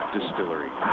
Distillery